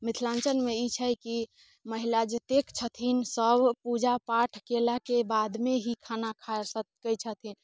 मिथिलाञ्चलमे ई छै कि महिला जतेक छथिन सब पूजा पाठ कयलाके बादमे ही खाना खा सकैत छथिन